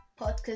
podcast